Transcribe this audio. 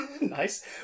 nice